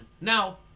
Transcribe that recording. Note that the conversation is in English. Now